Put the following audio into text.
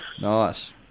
Nice